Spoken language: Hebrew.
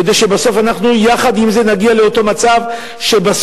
כדי שאנחנו יחד עם זה נגיע לאותו מצב שבסוף